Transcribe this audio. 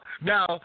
now